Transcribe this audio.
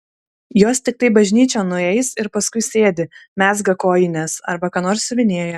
jos tiktai bažnyčion nueis ir paskui sėdi mezga kojines arba ką nors siuvinėja